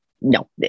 no